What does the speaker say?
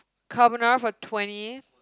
carbonara for twenty